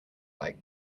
like